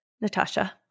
Natasha